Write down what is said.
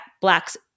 Black's